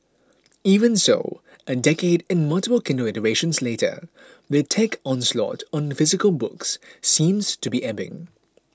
even so a decade and multiple Kindle iterations later the tech onslaught on physical books seems to be ebbing